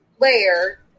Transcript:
layer